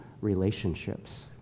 relationships